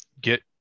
get